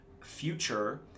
future